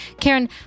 Karen